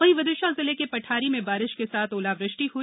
वहीं विदिशा जिले के पठारी में बारिश के साथ ओलावृष्टि हई